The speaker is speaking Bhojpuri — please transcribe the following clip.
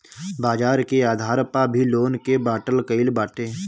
बाजार के आधार पअ भी लोन के बाटल गईल बाटे